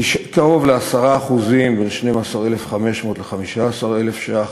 קרוב ל-10% בין 12,500 ל-15,000 ש"ח,